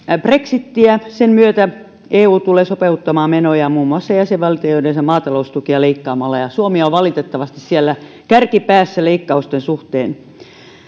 brexitiä sen myötä eu tulee sopeuttamaan menojaan muun muassa jäsenvaltioidensa maataloustukia leikkaamalla ja suomi on valitettavasti siellä kärkipäässä leikkausten suhteen